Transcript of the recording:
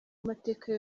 amateka